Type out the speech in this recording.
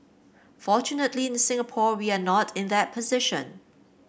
fortunately in Singapore we are not in that position